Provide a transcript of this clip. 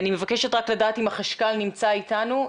אני מבקשת לדעת אם החשכ"ל נמצא איתנו,